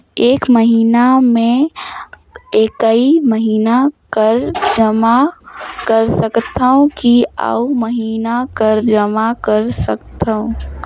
एक महीना मे एकई महीना कर जमा कर सकथव कि अउ महीना कर जमा कर सकथव?